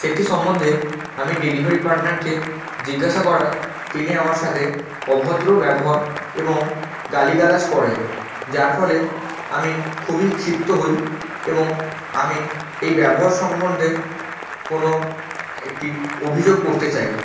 সেটি সম্বন্ধে আমি ডেলিভারি পার্টনারকে জিজ্ঞাসা করায় তিনি আমার সাথে অভদ্র ব্যবহার এবং গালিগালাজ করে যার ফলে আমি খুবই ক্ষিপ্ত হই এবং আমি এই ব্যবহার সম্বন্ধে কোনো একটি অভিযোগ করতে চাই